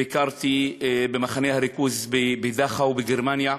ביקרתי במחנה הריכוז דכאו בגרמניה,